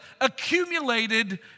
accumulated